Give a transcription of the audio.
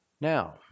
Now